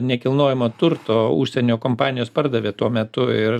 nekilnojamo turto užsienio kompanijos pardavė tuo metu ir